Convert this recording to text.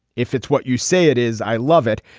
if it's what you say it is i love it.